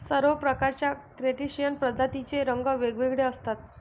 सर्व प्रकारच्या क्रस्टेशियन प्रजातींचे रंग वेगवेगळे असतात